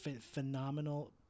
phenomenal